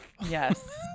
yes